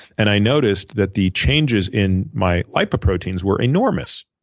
and i noticed that the changes in my lipoproteins were enormous.